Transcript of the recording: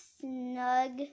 snug